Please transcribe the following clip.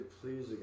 please